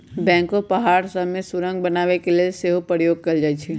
backhoe पहाड़ सभ में सुरंग बनाने के लेल सेहो प्रयोग कएल जाइ छइ